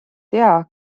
tea